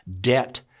debt